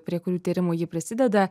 prie kurių tyrimų ji prisideda